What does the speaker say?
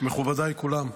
מכובדיי כולם,